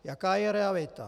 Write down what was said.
Jaká je realita?